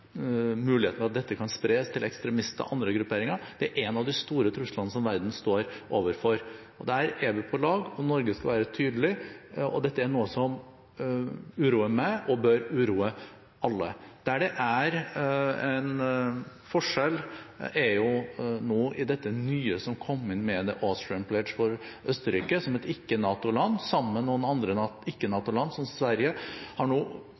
muligheten for at dette kan spres til ekstremister og andre grupperinger, er en av de store truslene som verden står overfor. Der er vi på lag, og Norge skal være tydelig. Dette er noe som uroer meg, og som bør uroe alle. Der det er en forskjell, er i dette nye som kom inn med The Austrian Pledge, for Østerrike, som er et ikke-NATO-land, har sammen med noen andre ikke-NATO-land, som Sverige,